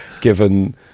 given